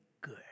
good